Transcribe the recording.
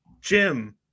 Jim